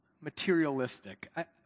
materialistic